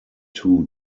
two